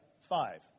five